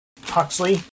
Huxley